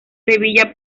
sevilla